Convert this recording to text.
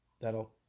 that'll